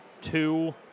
two